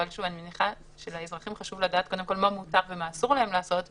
אבל אני מניחה שלאזרחים חשוב לדעת קודם כל מה מותר ומה אסור להם לעשות,